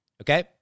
okay